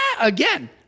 again